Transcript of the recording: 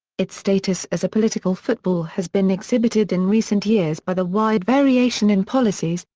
its status as a political football has been exhibited in recent years by the wide variation in policies,